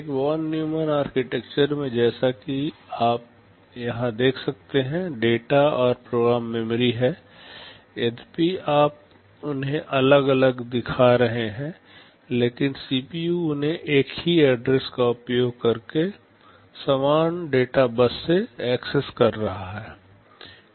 एक von Neumann architecture में जैसा कि आप यहां देख सकते हैं डेटा और प्रोग्राम मेमोरी हैं यद्यपि आप उन्हें अलग अलग दिखा रहे हैं लेकिन सीपीयू उन्हें एक ही एड्रेस का उपयोग करके समान डेटा बस से एक्सेस कर रहा है